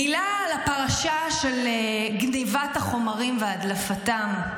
מילה על הפרשה של גנבת החומרים והדלפתם.